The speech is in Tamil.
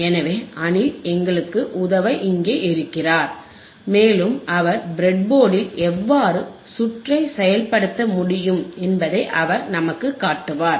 எனவே அனில் எங்களுக்கு உதவ இங்கே இருக்கிறார் மேலும் அவர் பிரட்போர்டில் எவ்வாறு சுற்றை செயல்படுத்த முடியும் என்பதை அவர் நமக்கு காட்டுவார்